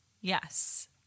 Yes